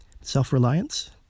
self-reliance